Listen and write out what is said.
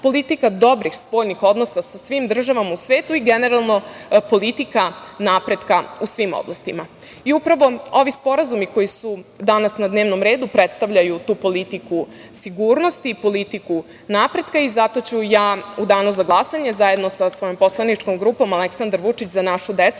politika dobrih spoljnih odnosa sa svim državama u svetu i generalno politika napretka u svim oblastima. Upravo ovi sporazumi koji su danas na dnevnom redu predstavljaju tu politiku sigurnosti, politiku napretka i zato ću ja u danu za glasanje, zajedno sa svojom poslaničkom grupom Aleksandar Vučić – Za našu decu